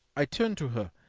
i turned to her,